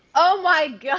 oh, my god!